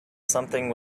something